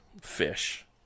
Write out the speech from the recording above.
fish